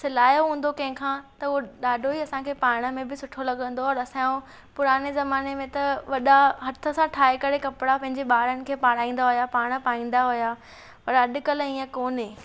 सिलायो हूंदो कंहिं खां त हू ॾाढो ई असां खे पाइण में बि सुठो लॻंदो और असां जो पुराने ज़माने में त वॾा हथ सां ठाहे करे कपिड़ा पंहिंजे ॿारनि खे पाराईंदा हुया पाण पाईंदा हुया पर अॼुकलह इएं कोन्हे